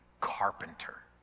carpenter